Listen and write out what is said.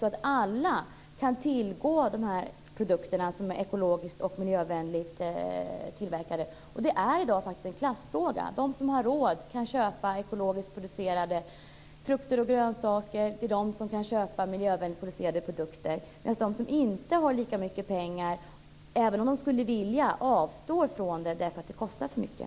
Dessutom skulle alla kunna tillgå de produkter som är ekologiskt och miljövänligt tillverkade. I dag är det här faktiskt en klassfråga. De som har råd kan köpa ekologiskt producerade frukter och grönsaker. Det är de som har råd som kan köpa miljövänligt producerade varor. De som inte har lika mycket pengar avstår däremot från det - trots att de skulle vilja köpa sådana varor - därför att det kostar för mycket.